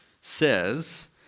says